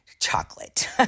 chocolate